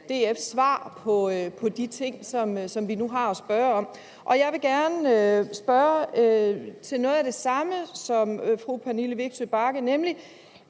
DF's svar på de ting, som vi nu spørger om. Og jeg vil gerne spørge til noget af det samme, som fru Pernille Vigsø Bagge spurgte